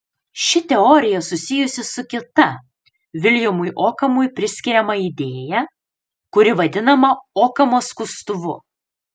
ši teorija susijusi su kita viljamui okamui priskiriama idėja kuri vadinama okamo skustuvu